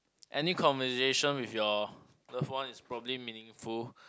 any conversation with your loved ones is probably meaningful